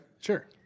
Sure